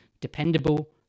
dependable